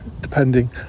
Depending